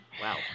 Wow